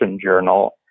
journal